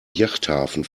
yachthafen